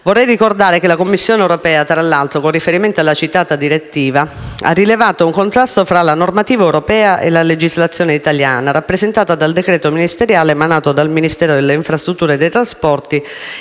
Vorrei ricordare che la Commissione europea, tra l'altro, con riferimento alla citata direttiva, ha rilevato un contrasto tra la normativa europea e la legislazione italiana rappresentata dal decreto ministeriale emanato dal Ministero delle infrastrutture e dei trasporti